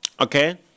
Okay